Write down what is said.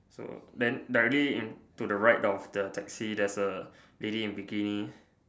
so then directly to the right of the taxi there's a lady in bikini